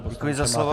Děkuji za slovo.